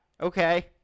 okay